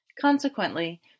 Consequently